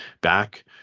back